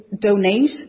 donate